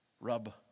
rub